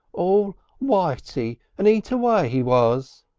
all whitey and eat away he was.